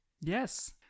yes